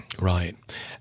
right